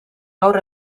gaur